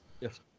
Yes